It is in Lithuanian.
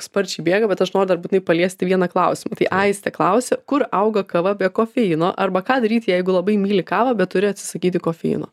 sparčiai bėga bet aš noriu dar būtinai paliesti vieną klausimą tai aistė klausia kur auga kava be kofeino arba ką daryti jeigu labai myli kavą bet turi atsisakyti kofeino